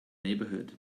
neighbourhood